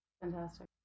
Fantastic